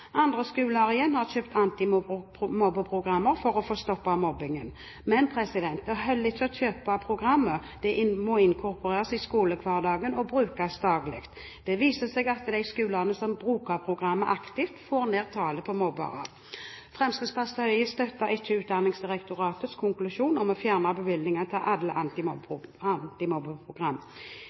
Andre skoler igjen har kjøpt antimobbeprogrammer for få stoppet mobbingen. Men det holder ikke å kjøpe programmet. Det må inkorporeres i skolehverdagen og brukes daglig. Det viser seg at de skolene som bruker programmene aktivt, får ned tallet på mobbere. Fremskrittspartiet støtter ikke Utdanningsdirektoratets konklusjon om å fjerne bevilgningene til